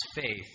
faith